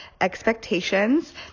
expectations